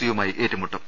സിയുമായി ഏറ്റുമുട്ടും